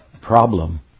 problem